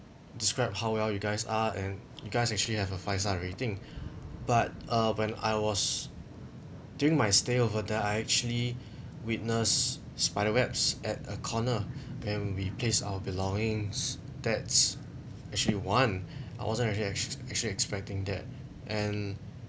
describe how well you guys are and you guys actually have a five star rating but uh when I was during my stay over there I actually witness spiderwebs at a corner when we placed our belongings that's actually one I wasn't actually act~ actually expecting that and